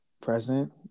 present